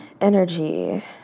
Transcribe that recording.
energy